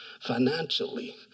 financially